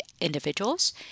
individuals